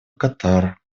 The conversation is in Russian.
катар